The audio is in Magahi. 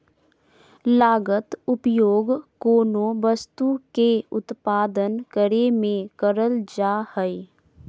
लागत उपयोग कोनो वस्तु के उत्पादन करे में करल जा हइ